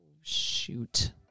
Shoot